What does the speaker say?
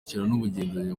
ry’uburenganzira